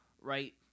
Right